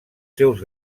seus